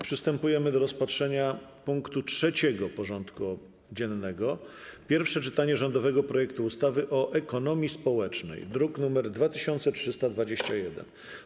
Przystępujemy do rozpatrzenia punktu 3. porządku dziennego: Pierwsze czytanie rządowego projektu ustawy o ekonomii społecznej (druk nr 2321)